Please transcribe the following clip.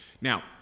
now